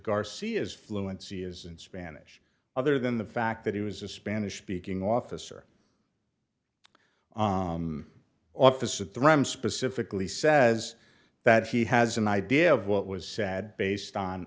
garcia's fluency is in spanish other than the fact that he was a spanish speaking officer office at the rams specifically says that he has an idea of what was said based on